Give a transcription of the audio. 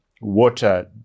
water